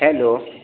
hello